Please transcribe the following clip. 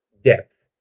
depth,